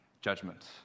judgment